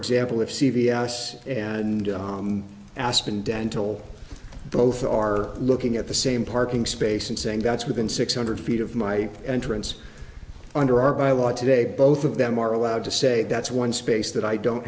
example if c v s and aspen dental both are looking at the same parking space and saying that's within six hundred feet of my entrance under our by law today both of them are allowed to say that's one space that i don't